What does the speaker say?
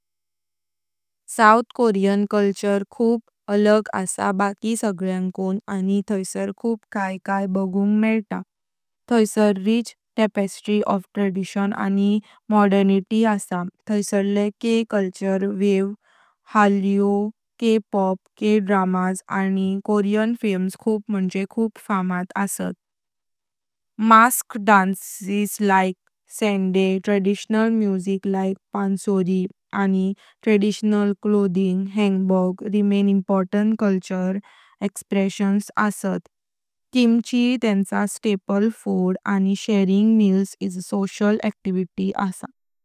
South Korean culture खूप अलग आसा बाकी सगळ्यांग कुण आणि तैसार खूप काय बगुंग मेइत। तैसार रिच टॅपेस्ट्री ऑफ ट्रॅडिशन आणि मॉडर्निटी आसा। तैसारले के-कल्चर वेव्ह। के-पॉप, के-ड्रामा, आनी कोरीयन फिल्म्स खूप मुणजे खूप फामाद असात। मास्कड डांसेस (जें सांदाएसारखे), ट्रेडिशनल म्युझिक (जें पन्सोरीसारखे), आनी ट्रेडिशनल कपडे (हानबोक) इम्पॉर्टंट कल्चरल एक्स्प्रेशन्स म्हणून राहत असात। किमची मुख्य खाद्य, आनी जेवण शेअर करप सोशियल अ‍ॅक्टिविटी आसा।